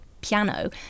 Piano